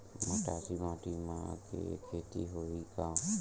मटासी माटी म के खेती होही का?